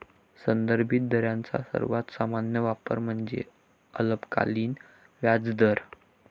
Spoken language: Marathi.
संदर्भित दरांचा सर्वात सामान्य वापर म्हणजे अल्पकालीन व्याजदर